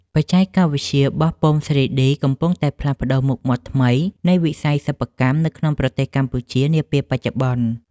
បច្ចេកវិទ្យាបោះពុម្ព 3D កំពុងតែផ្លាស់ប្តូរមុខមាត់ថ្មីនៃវិស័យសិប្បកម្មនៅក្នុងប្រទេសកម្ពុជានាពេលបច្ចុប្បន្ន។